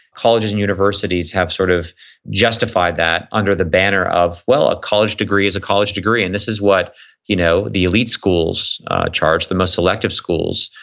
colleges and universities have sort of justified that under the banner of well, a college degree is a college degree. and this is what you know the elite schools charge, the most selective schools,